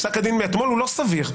פסק הדין מאתמול הוא לא סביר.